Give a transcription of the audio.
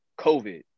COVID